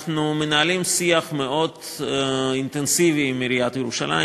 אנחנו מנהלים שיח מאוד אינטנסיבי עם עיריית ירושלים,